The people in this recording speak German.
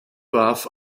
warf